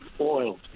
oil